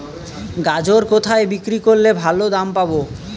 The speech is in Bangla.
গাজর কোথায় বিক্রি করলে ভালো দাম পাব?